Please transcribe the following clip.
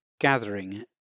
gathering